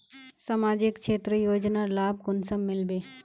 सामाजिक क्षेत्र योजनार लाभ कुंसम मिलबे?